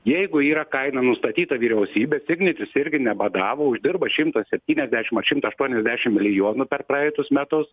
jeigu yra kaina nustatyta vyriausybės ignitis irgi nebadavo uždirba šimtą septyniasdešim ar šimtą aštuoniasdešim milijonų per praeitus metus